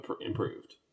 improved